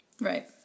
Right